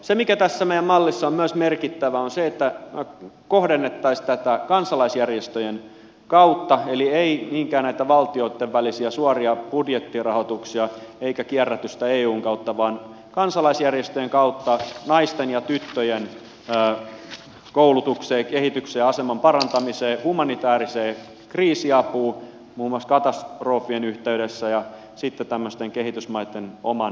se mikä tässä meidän mallissamme on myös merkittävää on se että kohdennettaisiin tätä kansalaisjärjestöjen kautta eli ei niinkään valtioitten välisiä suoria budjettirahoituksia eikä kierrätystä eun kautta vaan kansalaisjärjestöjen kautta naisten ja tyttöjen koulutukseen kehitykseen aseman parantamiseen humanitääriseen kriisiapuun muun muassa katastrofien yhteydessä ja sitten tämmöisten kehitysmaitten oman yrityselämän kehittämiseen